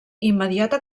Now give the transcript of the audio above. immediata